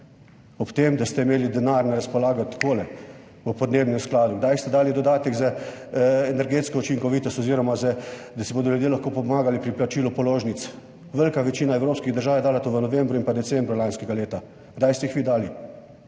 Ob tem, da ste imeli denar na razpolago takole / pokaže z gesto/ v podnebnem skladu. Kdaj ste dali dodatek za energetsko učinkovitost oziroma za to, da si bodo ljudje lahko pomagali pri plačilu položnic? Velika večina evropskih držav je dala to v novembru in decembru lanskega leta. Kdaj ste jih vi dali